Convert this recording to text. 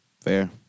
Fair